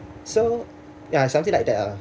so ya something like that ah